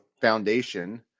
foundation